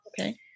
Okay